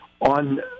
on